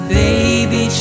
baby